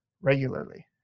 regularly